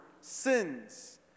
sins